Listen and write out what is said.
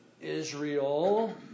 Israel